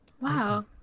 wow